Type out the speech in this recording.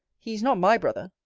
he is not my brother.